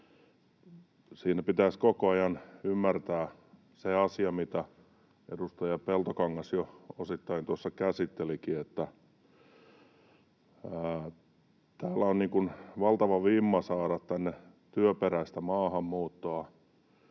mutta pitäisi koko ajan ymmärtää se asia, mitä edustaja Peltokangas jo osittain tuossa käsittelikin, että täällä on valtava vimma saada tänne työperäistä maahanmuuttoa.